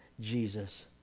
Jesus